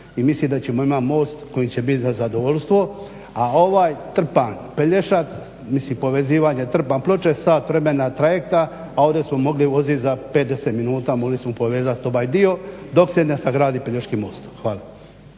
I mislim da ćemo imati most koji će biti za zadovoljstvo. A ovaj Trpanj-Pelješac mislim povezivanje Trpanj-Ploče sat vremena trajekta, a ovdje smo mogli voziti za 5, 10 minuta, mogli smo povezati ovaj dio dok se ne sagradi Pelješki most. Hvala.